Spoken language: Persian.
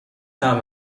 طعم